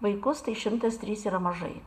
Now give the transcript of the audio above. vaikus tai šimtas trys yra mažai